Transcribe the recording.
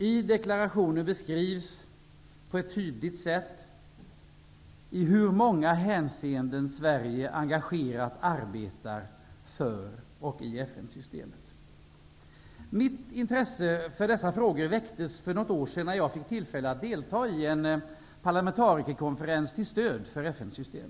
I deklarationen beskrivs på ett tydligt sätt i hur många hänseenden Sverige engagerat arbetar för och i FN-systemet. Mitt intresse för dessa frågor väcktes för något år sedan, när jag fick tillfälle att delta i en parlamentarikerkonferens till stöd för FN systemet.